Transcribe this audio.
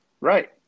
Right